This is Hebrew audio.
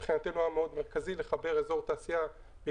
מבחינתנו מאוד מרכזי לחבר אזור התעשייה של כרמיאל.